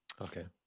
okay